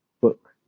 book